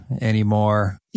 anymore